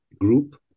group